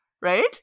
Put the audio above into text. right